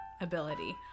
ability